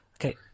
okay